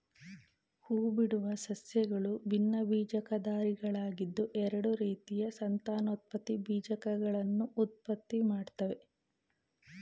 ಹೂಬಿಡುವ ಸಸ್ಯಗಳು ಭಿನ್ನಬೀಜಕಧಾರಿಗಳಾಗಿದ್ದು ಎರಡು ರೀತಿಯ ಸಂತಾನೋತ್ಪತ್ತಿ ಬೀಜಕಗಳನ್ನು ಉತ್ಪತ್ತಿಮಾಡ್ತವೆ